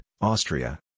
Austria